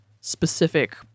specific